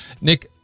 Nick